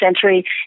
century